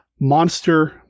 Monster